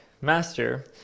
Master